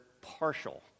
partial